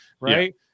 right